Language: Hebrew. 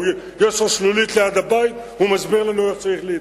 יש לו שלולית ליד הבית והוא מסביר לנו איך צריך להתנהג.